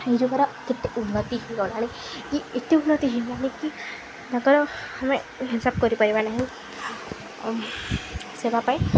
ଏ ଯୁଗର ଏତେ ଉନ୍ନତି ହେଇଗଲାଣି କି ଏତେ ଉନ୍ନତି ହେଇଗଲାଣି କି ତାଙ୍କର ଆମେ ହିସାବ କରିପାରିବା ନାହିଁ ସେବା ପାଇଁ